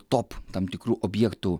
top tam tikrų objektų